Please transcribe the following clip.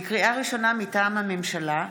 לקריאה ראשונה, מטעם הממשלה: